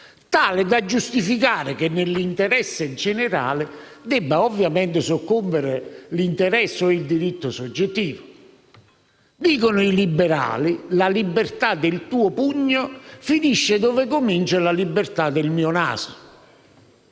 tale da giustificare che, nell'interesse generale, debba ovviamente soccombere l'interesse o il diritto soggettivo? I liberali sostengono che la libertà del tuo pugno finisce dove comincia la libertà del mio naso.